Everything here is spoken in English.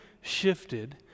shifted